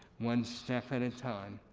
one step at a time,